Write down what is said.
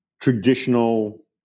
traditional